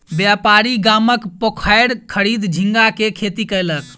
व्यापारी गामक पोखैर खरीद झींगा के खेती कयलक